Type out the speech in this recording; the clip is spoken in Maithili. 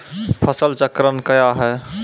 फसल चक्रण कया हैं?